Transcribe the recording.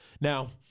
now